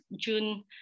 June